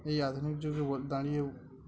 এই আধুনিক যুগে দাঁড়িয়ে